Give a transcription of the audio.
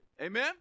Amen